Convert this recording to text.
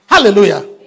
Hallelujah